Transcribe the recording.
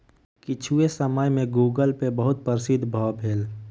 किछुए समय में गूगलपे बहुत प्रसिद्ध भअ भेल